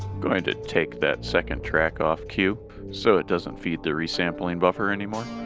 going to take that second track off cue so it doesn't feed the resampling buffer anymore.